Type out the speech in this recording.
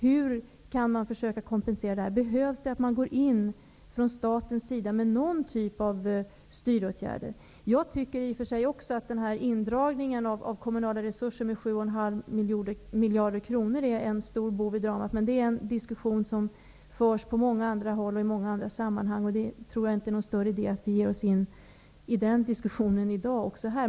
Hur kan man försöka kompensera detta? Behöver man gå in från statens sida med någon typ av styråtgärder? Också jag tycker i och för sig att indragningen av kommunala resurser med 7 1/2 miljard kronor är en stor bov i dramat, men diskussionen om detta förs på många andra håll och i många andra sammanhang, och jag tror inte att det är någon större idé att gå in på den diskussionen här i dag.